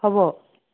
হ'ব